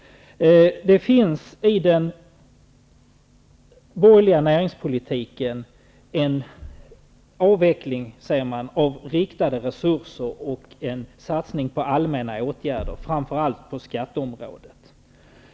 Det finns i den borgerliga näringspolitiken, säger man, en avveckling av riktade resurser och en satsning på allmänna åtgärder, framför allt på skatteområdet.